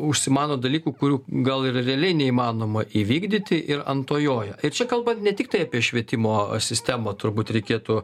užsimano dalykų kurių gal ir realiai neįmanoma įvykdyti ir ant to joja ir čia kalbant ne tiktai apie švietimo sistemą turbūt reikėtų